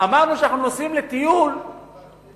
אמרנו שאנחנו נוסעים לטיול בצרפת,